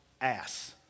ass